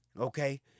Okay